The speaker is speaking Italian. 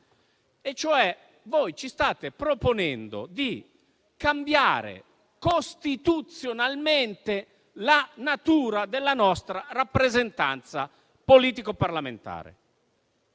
Voi ci state proponendo di cambiare costituzionalmente la natura della nostra rappresentanza politico-parlamentare.